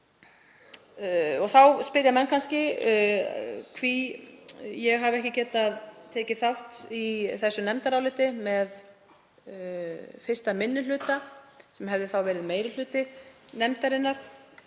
um. Þá spyrja menn kannski hví ég hafi ekki getað tekið þátt í þessu nefndaráliti með 1. minni hluta sem hefði þá verið meiri hluti nefndarinnar.